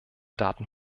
daten